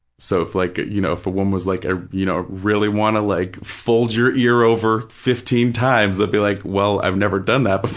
so if like, you know, if a woman was like, ah you know, i really want to like fold your ear over fifteen times, i'd be like, well, i've never done that but